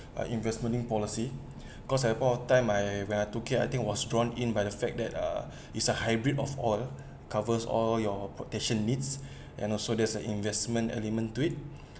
uh investment link policy cause upon that time I when I took it I think was drawn in by the fact that uh is a hybrid of all covers all your protection needs and also there's the investment element to it